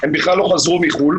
הם בכלל לא חזרו מחו"ל.